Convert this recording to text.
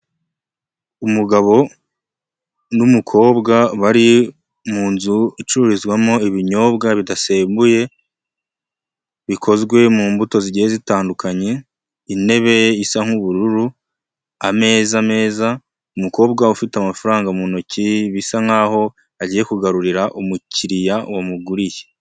Umugabo n'umukobwa bari mu nzu icururizwamo ibinyobwa bidasembuye, bikozwe mu mbuto zigiye zitandukanye, intebe isa nk'ubururu, ameza meza, umukobwa ufite amafaranga mu ntoki, bisa nk'aho agiye kugarurira umukiriya wamuguriye.